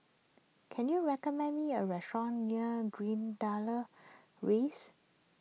can you recommend me a restaurant near Greendale Rise